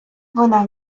вона